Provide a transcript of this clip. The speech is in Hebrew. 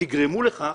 ותגרמו לכך